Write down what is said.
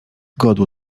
godło